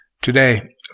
Today